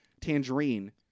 Tangerine